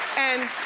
and